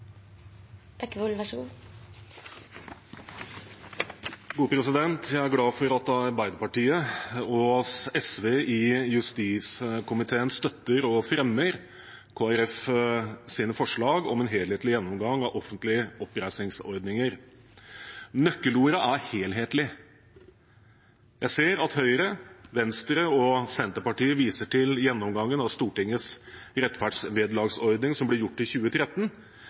glad for at Arbeiderpartiet og SV i justiskomiteen støtter og fremmer Kristelig Folkepartis forslag om en helhetlig gjennomgang av offentlige oppreisningsordninger. Nøkkelordet er «helhetlig». Jeg ser at Høyre, Venstre og Senterpartiet viser til gjennomgangen av Stortingets rettferdsvederlagsordning som ble gjort i 2013,